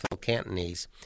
Cantonese